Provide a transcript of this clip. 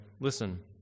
Listen